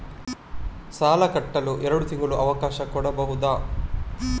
ಸಾಲ ಕಟ್ಟಲು ಎರಡು ತಿಂಗಳ ಅವಕಾಶ ಕೊಡಬಹುದಾ?